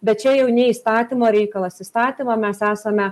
bet čia jau ne įstatymo reikalas įstatymą mes esame